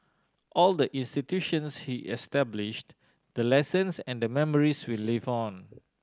all the institutions he established the lessons and the memories will live on